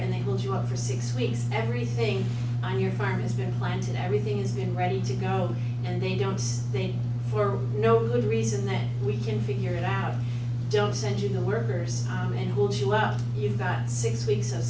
and they hold you up for six weeks everything on your farm has been planted everything has been ready to go and they don'th for no good reason that we can figure it out don't send you the workers and hold you up you've got six weeks of